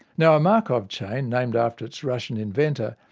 now a markov chain, named after its russian inventor,